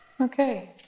Okay